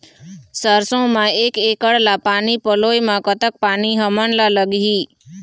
सरसों म एक एकड़ ला पानी पलोए म कतक पानी हमन ला लगही?